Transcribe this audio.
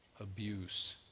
abuse